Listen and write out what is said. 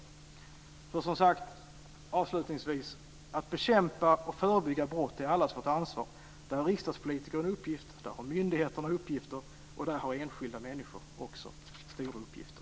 Avslutningsvis vill jag säga att det är allas vårt ansvar att bekämpa och förebygga brott. I fråga om detta har riksdagspolitiker och myndigheter en uppgift, och där har enskilda människor också stora uppgifter.